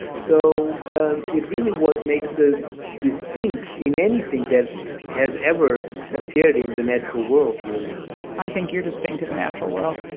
so ah it really what makes us distinct in anything that has ever appeared in the natural world, really i think you're distinct in the natural world,